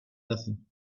nothing